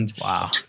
Wow